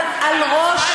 אבל על ראש,